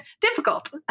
difficult